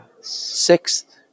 sixth